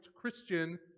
Christian